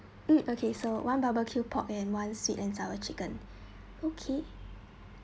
mm okay so one barbecue pork and one sweet and sour chicken okay